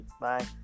bye